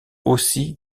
aussi